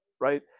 right